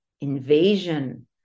invasion